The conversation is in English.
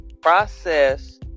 Process